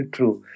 True